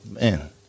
man